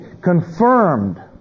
confirmed